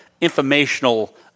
informational